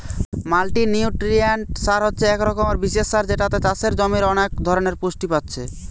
multinutrient সার হচ্ছে এক রকমের বিশেষ সার যেটাতে চাষের জমির অনেক ধরণের পুষ্টি পাচ্ছে